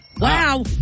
Wow